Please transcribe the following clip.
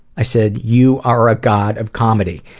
i said you are a god of comedy.